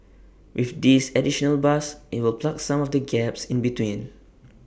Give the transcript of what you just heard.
with this additional bus IT will plug some of the gaps in between